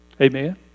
Amen